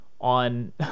on